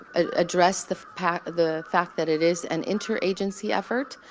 ah addressed the fact the fact that it is an interagency effort.